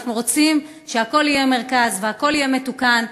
אנחנו רוצים שהכול יהיה מרכז והכול יהיה מתוקן.